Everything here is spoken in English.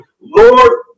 Lord